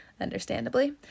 understandably